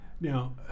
Now